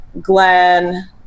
Glenn